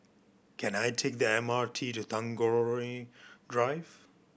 can I take the M R T to Tagore Drive